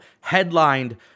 Headlined